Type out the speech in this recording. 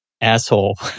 asshole